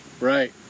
right